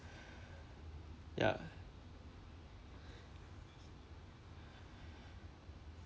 ya